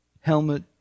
helmet